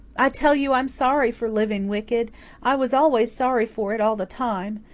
i tell you, i'm sorry for living wicked i was always sorry for it all the time.